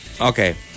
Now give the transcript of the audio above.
Okay